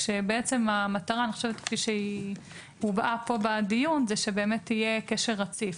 כאשר המטרה כפי שהובעה בדיון היא שיהיה קשר רציף.